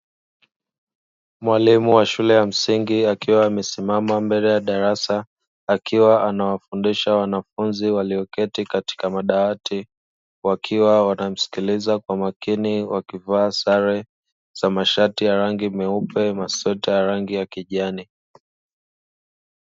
Mwalimu wa shule ya msingi akiwa amesimama mbele ya darasa akiwa anawafundisha wanafunzi walioketi katika madawati wakiwa wanamsikiliza kwa makini wakivaa sare za mashati ya rangi nyeupe, masweta ya rangi ya kijani.